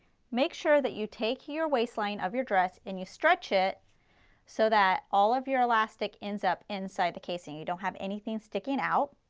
make sure that you take your waist line of your dress and you stretch it so that all of your elastic ends up inside the casing, you don't have anything sticking out.